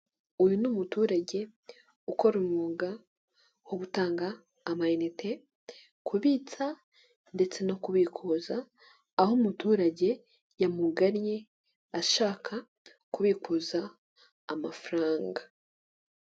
Uyu ni umuturage ukora umwuga wo gutanga amayinite kubitsa ndetse no kubikuza aho umuturage yamugannye ashaka kubikuza amafaranga.